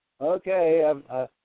okay